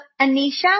Anisha